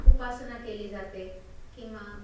उपासना केली जाते किंवा